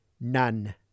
None